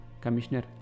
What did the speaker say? Commissioner